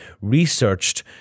researched